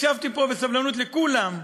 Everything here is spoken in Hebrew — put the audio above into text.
הקשבתי פה בסבלנות לכולם.